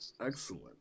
Excellent